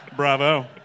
Bravo